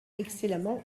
excellemment